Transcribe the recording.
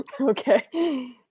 Okay